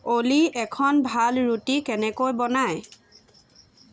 অলি এখন ভাল ৰুটি কেনেকৈ বনায়